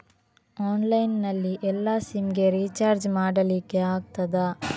Online ನಲ್ಲಿ ಎಲ್ಲಾ SIM ಗೆ ರಿಚಾರ್ಜ್ ಮಾಡಲಿಕ್ಕೆ ಆಗ್ತದಾ?